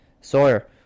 Sawyer